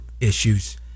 issues